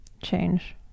change